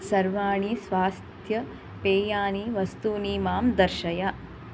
सर्वाणि स्वास्थ्यपेयानि वस्तूनि मां दर्शय